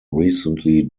recently